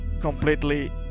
completely